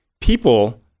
People